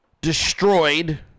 destroyed